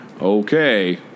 Okay